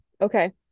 Okay